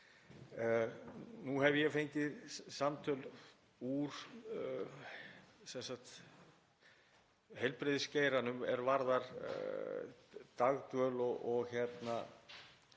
Nú hef ég fengið samtöl úr heilbrigðisgeiranum er varða dagdvöl og